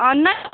آہَن حظ